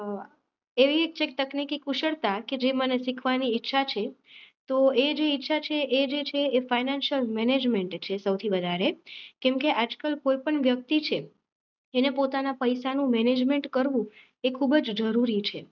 એવી એક તકનીકી કુશળતા કે જે મને શિખવાની ઈચ્છા છે તો એ જે ઈચ્છા છે એ જે છે એ ફાઇનાન્સિયલ મેનેજમેન્ટ એટલે સૌથી વધારે કેમકે આજકલ કોઈપણ વ્યક્તિ છે એને પોતાના પૈસાનું મેનેજમેન્ટ કરવું એ ખૂબ જ જરૂરી છે